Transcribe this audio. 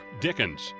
Dickens